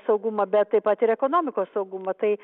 saugumą bet taip pat ir ekonomikos saugumą tai